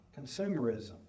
consumerism